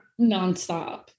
nonstop